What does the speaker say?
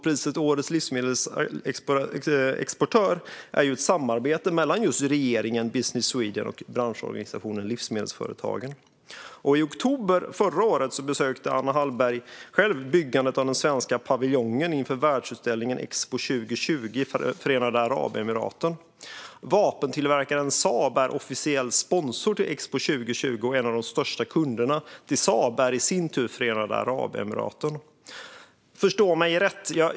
Priset Årets livsmedelsexportör är ett samarbete mellan regeringen, Business Sweden och branschorganisationen Livsmedelsföretagen. I oktober förra året besökte Anna Hallberg själv byggandet av den svenska paviljongen inför världsutställningen Expo 2020 i Förenade Arabemiraten. Vapentillverkaren Saab är officiell sponsor till Expo 2020. En av de största kunderna till Saab är i sin tur Förenade Arabemiraten. Förstå mig rätt.